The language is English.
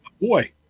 boy